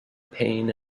pain